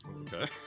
Okay